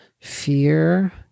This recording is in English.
fear